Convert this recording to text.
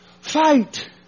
Fight